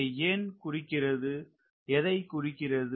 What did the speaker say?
இது எதை குறிக்கிறது